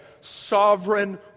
Sovereign